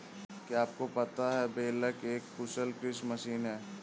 क्या आपको पता है बेलर एक कुशल कृषि मशीन है?